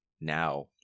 now